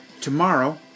Tomorrow